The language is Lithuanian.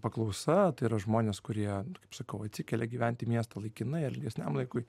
paklausa yra žmonės kurie kaip sakau atsikelia gyventi į miestą laikinai ilgesniam laikui